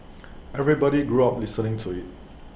everybody grew up listening to IT